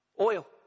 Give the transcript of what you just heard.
oil